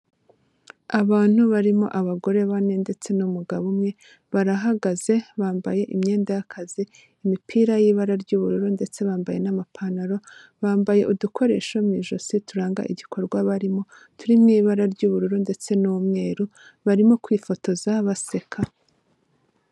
Abantu barimo abagore bane ndetse n'umugabo umwe barahagaze bambaye imyenda y'akazi, imipira y'ibara ry'ubururu ndetse bambaye n'amapantaro. Bambaye udukoresho mu ijosi turanga igikorwa barimo turi mu ibara ry'ubururu ndetse n'umweru, barimo kwifotoza baseka.